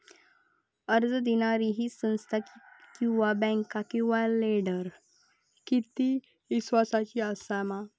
कर्ज दिणारी ही संस्था किवा बँक किवा लेंडर ती इस्वासाची आसा मा?